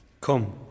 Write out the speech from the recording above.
Come